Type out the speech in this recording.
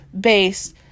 based